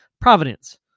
providence